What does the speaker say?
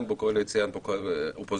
ציינת שאין קואליציה ואין אופוזיציה,